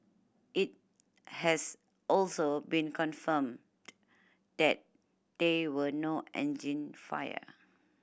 it has also been confirmed that there were no engine fire